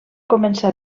començar